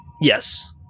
Yes